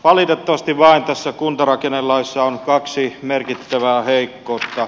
valitettavasti vain tässä kuntarakennelaissa on kaksi merkittävää heikkoutta